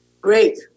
Great